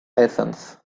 lessons